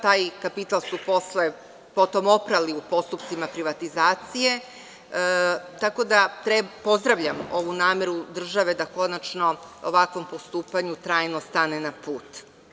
Taj kapital su posle oprali u postupcima privatizacije, tako da pozdravljam ovu nameru države da konačno ovakvom postupanju trajno stane na put.